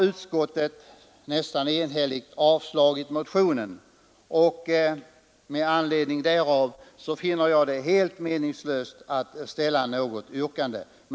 Utskottet har nästan enhälligt avstyrkt motionen. Jag finner det därför meningslöst att ställa något yrkande.